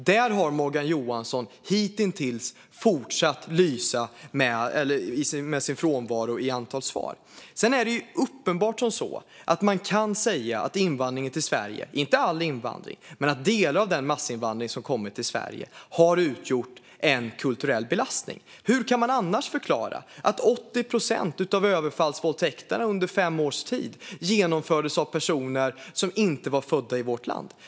Där har Morgan Johansson hitintills fortsatt att lysa med sin frånvaro i svaren. Det är uppenbart så att man kan säga att invandringen till Sverige, inte all invandring, men delar av massinvandringen till Sverige, har utgjort en kulturell belastning. Hur kan man annars förklara att 80 procent av överfallsvåldtäkterna under fem års tid har genomförts av personer som inte är födda i vårt land?